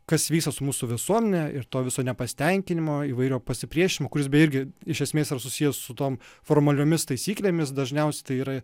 kas vyksta su mūsų visuomene ir to viso nepasitenkinimo įvairiu pasipriešinimo kuris beje irgi iš esmės yra susijęs su tom formaliomis taisyklėmis dažniausiai tai yra